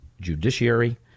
judiciary